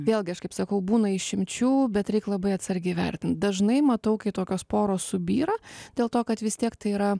vėlgi aš kaip sakau būna išimčių bet reik labai atsargiai vertint dažnai matau kai tokios poros subyra dėl to kad vis tiek tai yra